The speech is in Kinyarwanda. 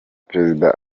prezida